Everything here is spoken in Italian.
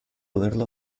averlo